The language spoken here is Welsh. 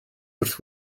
wrth